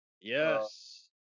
Yes